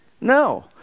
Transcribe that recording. No